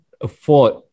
afford